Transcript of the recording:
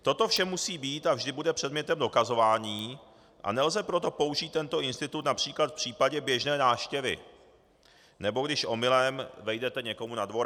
Toto vše musí být a vždy bude předmětem dokazování, a nelze proto použít tento institut např. v případě běžné návštěvy, nebo když omylem vejdete někomu na dvorek.